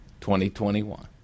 2021